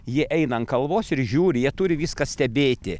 jie eina ant kalvos ir žiūri jie turi viską stebėti